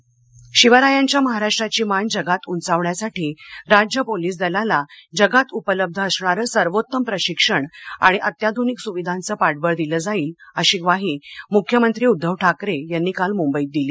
मख्यमंत्री ठाकरे शिवरायांच्या महाराष्ट्राची मान जगात उंचावण्यासाठी राज्य पोलीस दलाला जगात उपलब्ध असणारं सर्वोत्तम प्रशिक्षण आणि अत्याधनिक सुविधांचं पाठबळ दिलं जाईल अशी ग्वाही मुख्यमंत्री उद्धव ठाकरे यांनी काल मुंबईमध्ये दिली